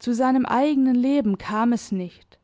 zu seinem eigenen leben kam es nicht